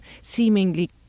seemingly